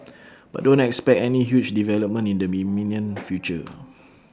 but don't expect any huge development in the imminent future